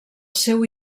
seu